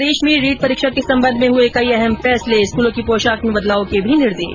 प्रदेश में रीट परीक्षा के संबंध में हए कई अहम फैसले स्कूलों की पोशाक में बदलाव के भी निर्देश